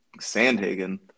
Sandhagen